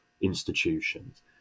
institutions